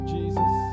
Jesus